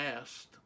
asked